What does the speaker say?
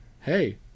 hey